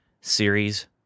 Series